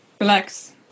Relax